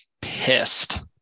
pissed